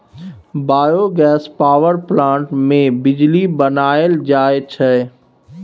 biogas power plant मे बिजली बनाएल जाई छै